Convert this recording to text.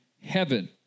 heaven